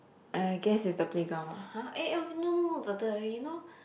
I guess it's the playground (uh huh) eh no no no the the you know